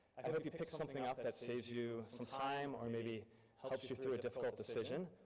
i hope you pick something up that saves you some time or maybe helps you through a difficult decision,